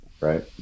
right